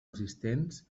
existents